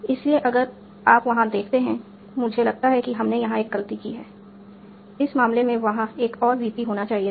इसलिए अगर आप वहां देखते हैं मुझे लगता है कि हमने यहां एक गलती की है इस मामले में वहां एक और VP होना चाहिए था